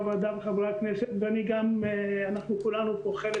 השכר עבור הלמידה מרחוק שכן הלמידה מרחוק